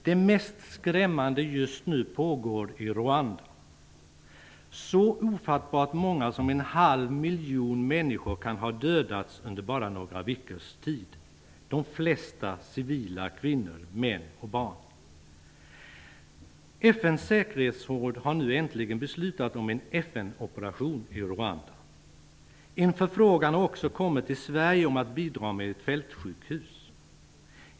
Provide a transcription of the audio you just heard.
Det mest skrämmande just nu pågår i Rwanda. Så ofattbart många som en halv miljon människor kan ha dödats under bara några veckors tid -- de flesta civila kvinnor, män och barn. FN:s säkerhetsråd har nu äntligen beslutat om en FN-operation i Rwanda. En förfrågan har också kommit till Sverige om att bidra med ett fältsjukhus.